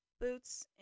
boots